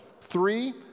Three